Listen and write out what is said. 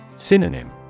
Synonym